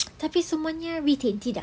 tapi semuanya retain tidak